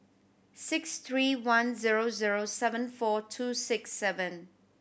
six three one zero zero seven four two six seven